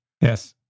yes